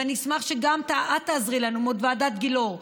ואני אשמח שגם את תעזרי לנו מול ועדת גילאור,